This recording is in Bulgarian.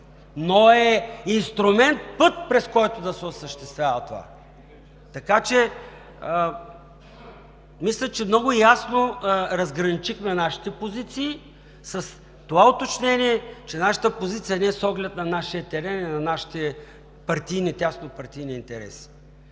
но е инструмент, път, през който да се осъществява това. Мисля, че много ясно разграничихме нашите позиции с това уточнение, че нашата позиция не е с оглед на нашия терен и на нашите тясно партийни интереси.